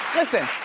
listen,